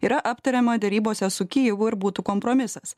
yra aptariama derybose su kijevu ir būtų kompromisas